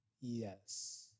Yes